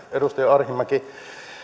edustaja arhinmäki